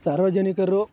ಸಾರ್ವಜನಿಕರು